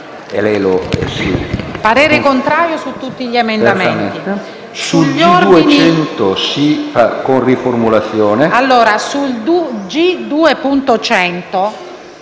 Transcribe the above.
sia contrario su tutti gli emendamenti.